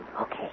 Okay